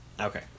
Okay